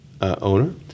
owner